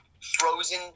frozen